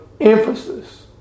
emphasis